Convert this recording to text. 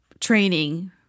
training